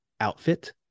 outfit